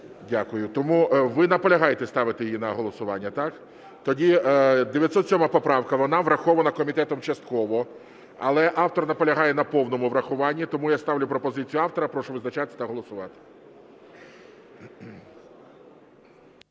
Дякую. Тому ви наполягаєте ставити її на голосування, так? Тоді 907 поправка, вона врахована комітетом частково, але автор наполягає на повному врахуванні. Тому я ставлю пропозицію автора. Прошу визначатись та голосувати.